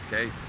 okay